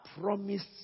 promised